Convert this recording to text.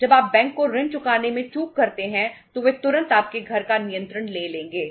जब आप बैंक को ऋण चुकाने में चूक करते हैं तो वे तुरंत आपके घर का नियंत्रण ले लेंगे